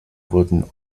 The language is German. wurden